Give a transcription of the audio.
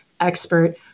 expert